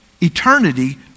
Eternity